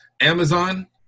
Amazon